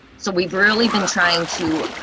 so we've really been trying to